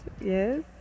yes